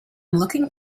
looking